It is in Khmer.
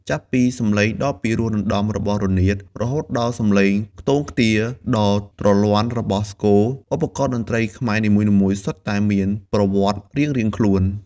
ចាប់ពីសំឡេងដ៏ពីរោះរណ្ដំរបស់រនាត រហូតដល់សំឡេងខ្ទរខ្ទារដ៏ទ្រលាន់របស់ស្គរ ឧបករណ៍តន្ត្រីខ្មែរនីមួយៗសុទ្ធតែមានប្រវត្តិរៀងៗខ្លួន។